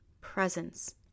presence